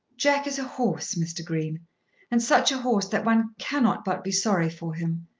jack is a horse, mr. green and such a horse that one cannot but be sorry for him.